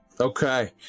Okay